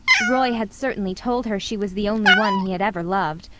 roy had certainly told her she was the only one he had ever loved.